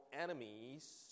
enemies